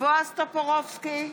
בועז טופורובסקי,